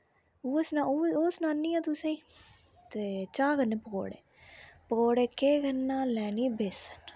उऐ सना ओ उऐ सनानी आं तुसें ते चा कन्नै पकौड़े पकौड़े केह् करना लैनी बेसन